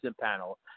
panel